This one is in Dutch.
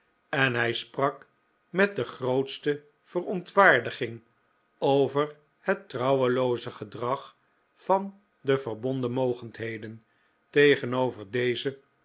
en hij sprak met de grootste verontwaardiging over het trouwelooze gedrag van de verbonden mogendheden tegenover dezen